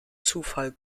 zufall